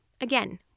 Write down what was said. Again